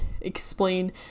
explain